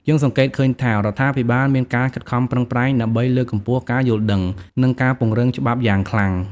យើងសង្កេតឃើញថា រដ្ឋាភិបាលមានការខិតខំប្រឹងប្រែង ដើម្បីលើកកម្ពស់ការយល់ដឹង និងការពង្រឹងច្បាប់យ៉ាងខ្លាំង។